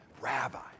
Rabbi